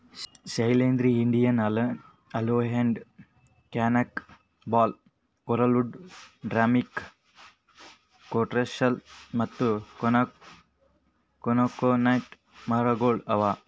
Shailendra, Indian almond, cannon ball, coralwood, drumstick, coastal ಮತ್ತ coconut ಮರಗೊಳ್ ಅವಾ